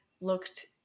looked